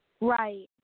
Right